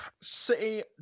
City